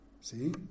See